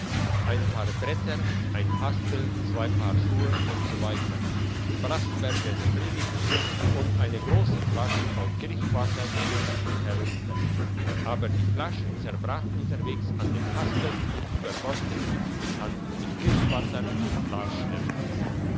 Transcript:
ein paar bretter ein haspel zwei paar schuh usw brastbergers predigtbuch und eine grosse flasche voll kirschenwasser stürzten herunter aber die flasche zerbrach unterwegs an dem haspel und übergoss den guten bekannten mit kirschenwasser und glasscherben